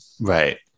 Right